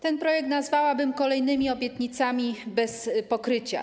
Ten projekt nazwałabym kolejnymi obietnicami bez pokrycia.